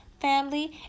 family